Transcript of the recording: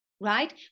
right